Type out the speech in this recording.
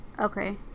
Okay